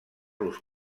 los